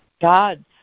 God's